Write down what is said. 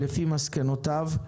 לפי מסקנותיו.